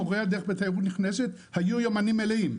למורי הדרך בתיירות הנכנסת היו יומנים מלאים.